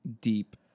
deep